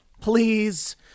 Please